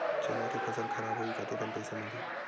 चना के फसल खराब होही कतेकन पईसा मिलही?